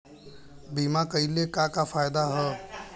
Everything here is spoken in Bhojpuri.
बीमा कइले का का फायदा ह?